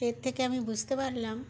এর থেকে আমি বুঝতে পারলাম